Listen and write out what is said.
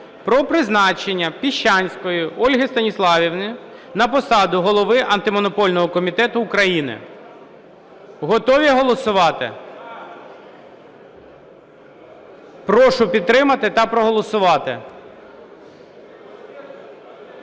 про призначення Піщанської Ольги Станіславівни на посаду Голови Антимонопольного комітету України. Готові голосувати? Прошу підтримати та проголосувати.